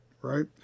right